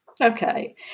Okay